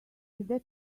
that